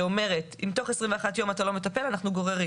שאומרת: אם בתוך 21 ימים אתה לא מטפל אנחנו גוררים.